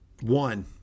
One